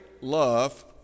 love